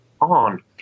on